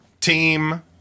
Team